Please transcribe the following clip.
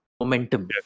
momentum